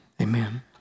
Amen